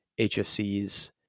HFCs